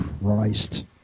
Christ